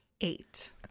eight